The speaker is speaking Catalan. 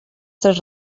tres